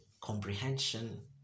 comprehension